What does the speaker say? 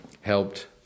helped